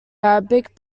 arabic